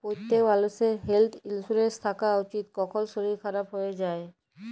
প্যত্তেক মালুষের health insurance থ্যাকা উচিত, কখল শরীর খারাপ হয়ে যায়